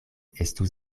estus